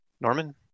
Norman